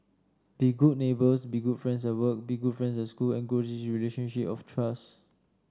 be good neighbours be good friends at work be good friends at school and grow relationship of trust